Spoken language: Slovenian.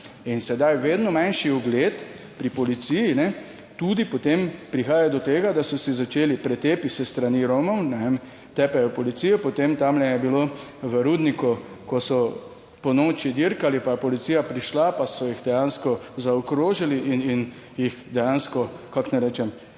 sedaj vedno manjši ugled pri policiji, tudi potem prihaja do tega, da so se začeli pretepi s strani Romov, tepejo policijo. Potem tamle je bilo v rudniku, ko so ponoči dirkali, pa je policija prišla, pa so jih dejansko zaokrožili **74. TRAK: (VP) 19.50**